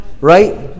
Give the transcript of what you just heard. Right